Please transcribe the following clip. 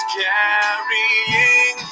carrying